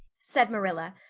said marilla,